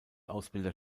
ausbilder